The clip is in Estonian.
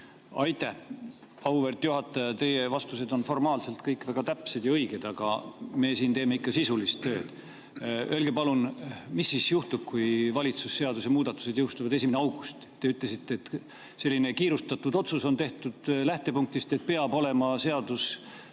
Aitäh! Auväärt juhataja, teie vastused on formaalselt kõik väga täpsed ja õiged, aga me siin teeme ikka sisulist tööd. Öelge palun, mis siis juhtub, kui valitsuse seaduse muudatused jõustuvad 1. augustil? Te ütlesite, et selline kiirustatud otsus on tehtud lähtepunktist, et peab olema seadus